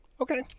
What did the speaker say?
Okay